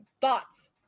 thoughts